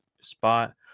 spot